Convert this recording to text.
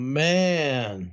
man